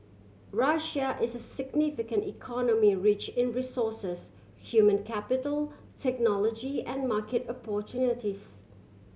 Russia is a significant economy rich in resources human capital technology and market opportunities